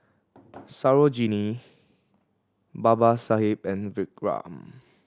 Sarojini Babasaheb and Vikram